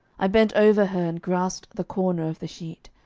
i bent over her and grasped the corner of the sheet.